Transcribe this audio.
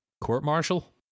court-martial